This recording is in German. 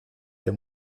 der